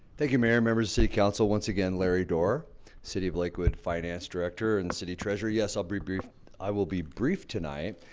thank you. mary members see council. once again, larry door city of lakewood finance director and the city treasurer. yes i'll be brief i will be brief tonight.